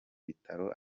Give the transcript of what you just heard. bitaro